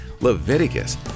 Leviticus